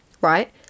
Right